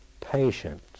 patient